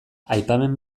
aipamen